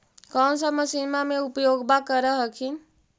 कौन सा मसिन्मा मे उपयोग्बा कर हखिन?